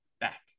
back